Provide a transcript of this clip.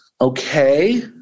Okay